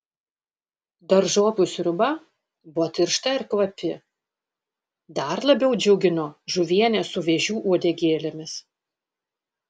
daržovių sriuba buvo tiršta ir kvapi dar labiau džiugino žuvienė su vėžių uodegėlėmis